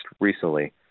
recently